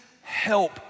help